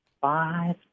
five